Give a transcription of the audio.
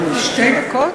שתי דקות?